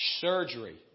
surgery